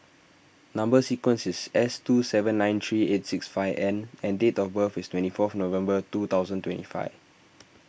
Number Sequence is S two seven nine three eight six five N and date of birth is twenty fourth November two thousand twenty five